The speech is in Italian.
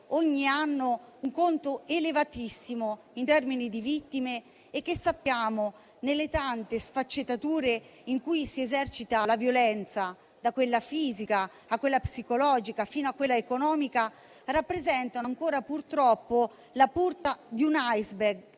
ogni anno un conto elevatissimo in termini di vittime e che sappiamo, nelle tante sfaccettature in cui si esercita la violenza, da quella fisica a quella psicologica, fino a quella economica, rappresentano ancora purtroppo la punta di un *iceberg*